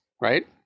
right